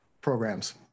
programs